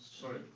sorry